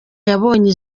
yabonye